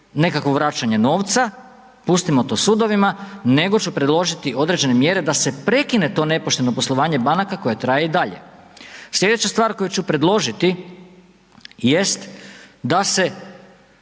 nekakvo vraćanje novca, pustimo to sudovima, nego ću predložiti određene mjere da se prekine to nepošteno poslovanje banaka koje traje i dalje. Slijedeća stvar koju ću predložiti jest da se